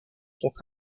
sont